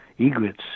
Egrets